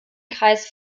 kreis